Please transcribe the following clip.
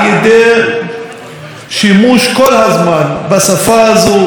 על ידי שימוש כל הזמן בשפה הזו,